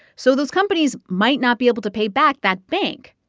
so those companies might not be able to pay back that bank.